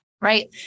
Right